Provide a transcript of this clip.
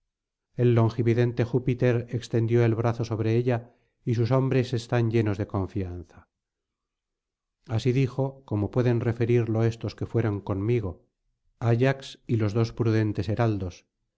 el longividente júpiter extendió el brazo sobre ella y sus hombres están llenos de confianza así dijo como pueden referirlo éstos que fueron conmigo ayax y los dos prudentes heraldos